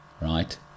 right